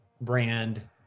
brand